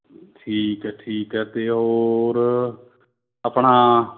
ਠੀਕ ਹੈ ਠੀਕ ਹੈ ਅਤੇ ਹੋਰ ਆਪਣਾ